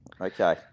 Okay